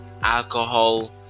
alcohol